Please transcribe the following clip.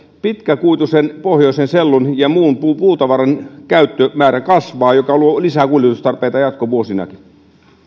pitkäkuituisen pohjoisen sellun ja muun puutavaran käyttömäärä kasvaa mikä luo lisää kuljetustarpeita jatkovuosinakin